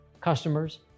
customers